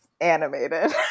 animated